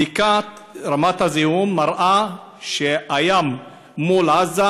בדיקת רמת הזיהום מראה שהים מול עזה,